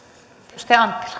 arvoisa puhemies